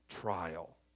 trial